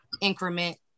increment